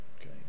Okay